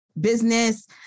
business